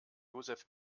joseph